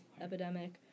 epidemic